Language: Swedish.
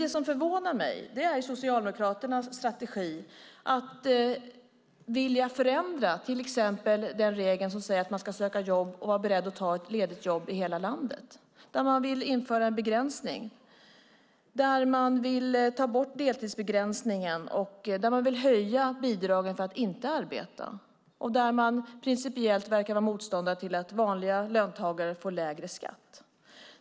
Det som förvånar mig är Socialdemokraternas strategi att vilja förändra till exempel den regel som säger att man ska söka jobb och vara beredd att ta ett ledigt jobb i hela landet. Där vill man införa en begränsning. Man vill ta bort deltidsbegränsningen och höja bidragen för att inte arbeta. Man verkar dessutom principiellt vara motståndare till att vanliga löntagare får lägre skatt.